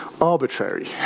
arbitrary